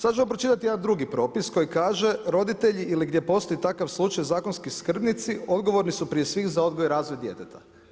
Sad ću vam pročitati jedan drugi propis koji kaže – roditelji ili gdje postoji takav slučaj, zakonski skrbnici, odgovorni su prije svih za odgoj i razvoj djeteta.